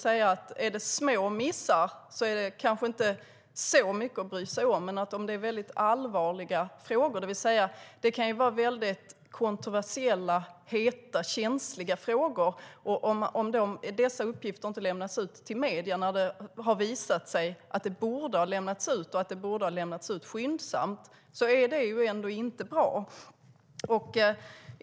Om det är små missar är det kanske inte så mycket att bry sig om, men det kan vara väldigt kontroversiella, heta och känsliga frågor. Om dessa uppgifter inte lämnas ut till medier när det har visat sig att de borde ha lämnats ut och skyndsamt är det inte bra.